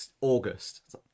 august